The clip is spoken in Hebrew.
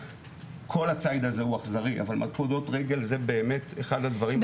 כל הציד הזה הוא אכזרי אבל מלכודות רגל זה באמת אחד הדברים האכזריים.